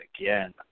again